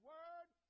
Word